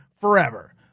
forever